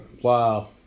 wow